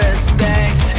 Respect